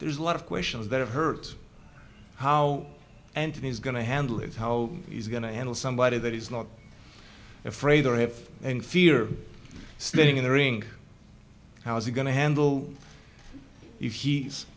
there's a lot of questions that hurt how anthony is going to handle it how he's going to handle somebody that he's not afraid or have any fear slipping in the ring how is he going to handle it he's